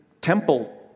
temple